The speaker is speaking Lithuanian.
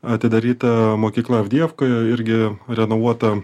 atidaryta mokykla avdijevkoje irgi renovuota